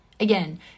Again